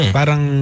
Parang